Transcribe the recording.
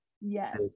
Yes